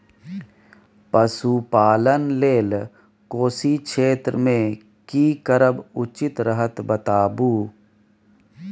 पशुपालन लेल कोशी क्षेत्र मे की करब उचित रहत बताबू?